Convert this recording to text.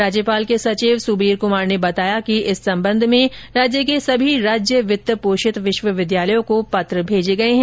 राज्यपाल के सचिव सुबीर कुमार ने बताया कि इस संबंध में राज्य के सभी राज्यवित्त पोषित विश्वविद्यालयों को पत्र भेजे गए हैं